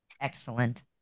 Excellent